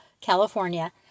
California